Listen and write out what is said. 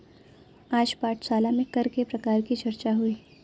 आज पाठशाला में कर के प्रकार की चर्चा हुई